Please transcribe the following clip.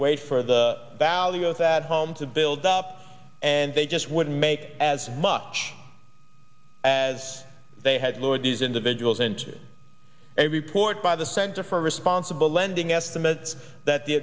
for the value of that home to build up and they just wouldn't make as much as they had lured these individuals into a report by the center for responsible lending estimates that the